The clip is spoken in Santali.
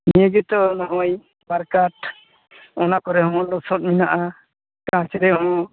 ᱱᱤᱭᱟᱹ ᱜᱮᱛᱚ ᱱᱚᱜᱼᱚᱭ ᱵᱟᱨᱠᱟᱴ ᱚᱱᱟ ᱠᱚᱨᱮᱫ ᱦᱚᱸ ᱞᱚᱥᱚᱫ ᱢᱮᱱᱟᱜᱼᱟ ᱠᱟᱺᱪ ᱨᱮᱦᱚᱸ